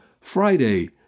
Friday